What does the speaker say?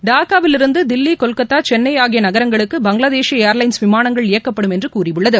டாக்காவிலிருந்து தில்லி கொல்கத்தா சென்னை ஆகிய நகரங்களுக்கு பங்களாதேஷி ஏர்லைன்ஸ் விமானங்கள் இயக்கப்படும் என்று கூறியுள்ளது